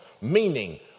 Meaning